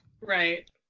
Right